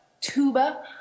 tuba